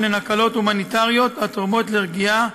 הן הקלות הומניטריות התורמות לרגיעה,